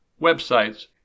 websites